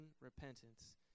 Repentance